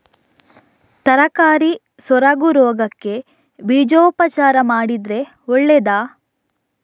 ತರಕಾರಿ ಸೊರಗು ರೋಗಕ್ಕೆ ಬೀಜೋಪಚಾರ ಮಾಡಿದ್ರೆ ಒಳ್ಳೆದಾ?